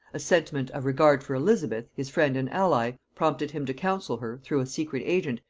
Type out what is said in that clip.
a sentiment of regard for elizabeth, his friend and ally, prompted him to counsel her, through a secret agent,